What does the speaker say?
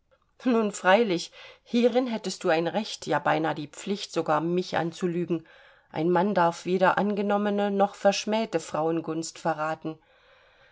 nun freilich hierin hättest du ein recht ja beinah die pflicht sogar mich anzulügen ein mann darf weder angenommene noch verschmähte frauengunst verraten